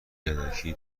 یدکی